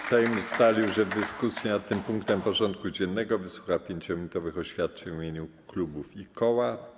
Sejm ustalił, że w dyskusji nad tym punktem porządku dziennego wysłucha 5-minutowych oświadczeń w imieniu klubów i koła.